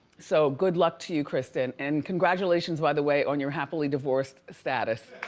so, good luck to you, kristen and congratulations, by the way, on your happily divorced status.